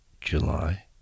July